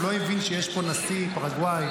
הוא לא הבין שיש פה את נשיא פרגוואי,